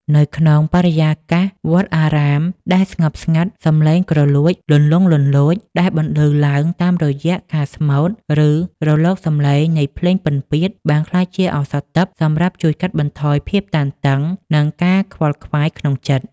នៅក្នុងបរិយាកាសវត្តអារាមដែលស្ងប់ស្ងាត់ សម្លេងគ្រលួចលន្លង់លន្លោចដែលបន្លឺឡើងតាមរយៈការស្មូត ឬ រលកសម្លេងនៃភ្លេងពិណពាទ្យ បានក្លាយជាឱសថទិព្វសម្រាប់ជួយកាត់បន្ថយភាពតានតឹង និងការខ្វល់ខ្វាយក្នុងចិត្ត។